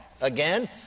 Again